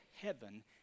heaven